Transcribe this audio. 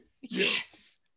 Yes